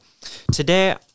today